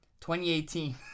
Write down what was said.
2018